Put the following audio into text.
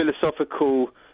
philosophical